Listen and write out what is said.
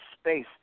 space